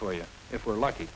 for you if we're lucky